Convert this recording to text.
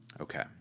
okay